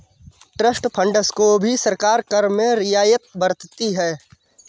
trust funds को भी सरकार कर में रियायत बरतती है